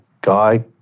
guy